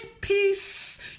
peace